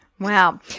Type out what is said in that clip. Wow